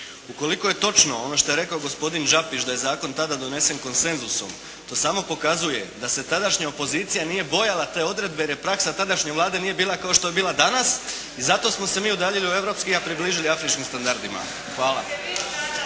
Ukoliko je točno ono što je rekao gospodin Đapić da je zakon tada donesen konsenzusom, to samo pokazuje da se tadašnja opozicija nije bojala te odredbe jer je praksa tadašnje Vlade nije bila kao što je bila danas, i zato smo se mi udaljili od europskih, a približili afričkim standardima. Hvala.